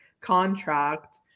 contract